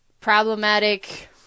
problematic